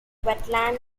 wetland